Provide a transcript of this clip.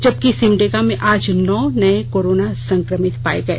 जबकि सिमडेगा में आज नौ नये कोरोना संक्रमित पाए गए